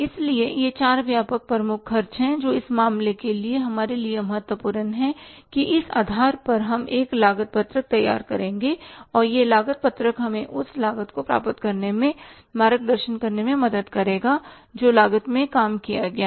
इसलिए ये चार व्यापक प्रमुख खर्च हैं जो इस मामले के लिए हमारे लिए महत्वपूर्ण हैं कि इस आधार पर हम एक लागत पत्रक तैयार करेंगे और यह लागत पत्रक हमें उस लागत को प्राप्त करने में मार्गदर्शन करने में मदद करेगा जो लागत में काम किया गया है